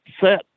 set